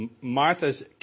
Martha's